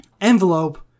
envelope